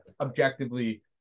objectively